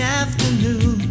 afternoon